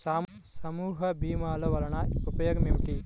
సమూహ భీమాల వలన ఉపయోగం ఏమిటీ?